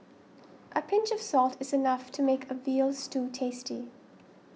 a pinch of salt is enough to make a Veal Stew tasty